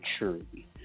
maturity